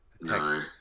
No